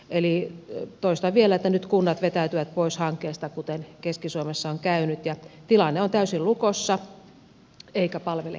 eli toistan vielä että nyt kunnat vetäytyvät pois hankkeesta kuten keski suomessa on käynyt ja tilanne on täysin lukossa eikä palvele ketään